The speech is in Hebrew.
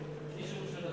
איש ירושלים.